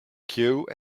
queue